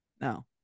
No